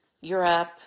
Europe